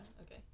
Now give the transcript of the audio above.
okay